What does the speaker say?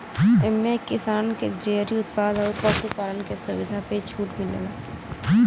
एम्मे किसानन के डेअरी उत्पाद अउर पशु पालन के सुविधा पे छूट मिलेला